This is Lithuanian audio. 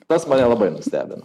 tas mane labai nustebino